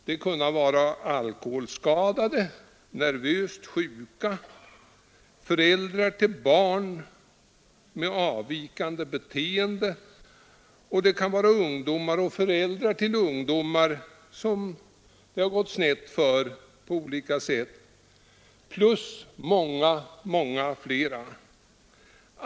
De kan vara alkoholskadade, nervöst sjuka, föräldrar till barn med avvikande beteende. De kan vara ungdomar och föräldrar till ungdomar som det har gått snett för på olika sätt, och många, många flera.